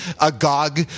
agog